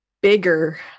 bigger